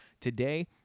Today